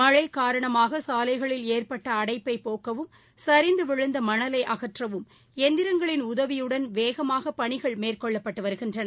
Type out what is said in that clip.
மஸ்ழகாரணமாகசாலைகளில் ஏற்பட்டஅடைப்பைபோக்கவும் சரிந்துவிழுந்தமணலைஅகற்றவும் எந்திரங்களின் உதவியுடன் வேகமாகபணிகள் மேற்கொள்ளப்பட்டுவருகின்றன